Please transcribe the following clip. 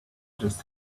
just